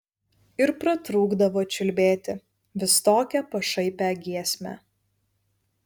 ir pratrūkdavo čiulbėti vis tokią pašaipią giesmę